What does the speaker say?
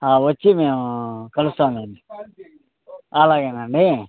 వచ్చి మేము కలుస్తాము లేండి అలాగేనండీ